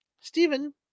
Stephen